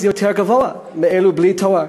שכרם יותר גבוה ב-80% משכר אלה שהם בלי תואר.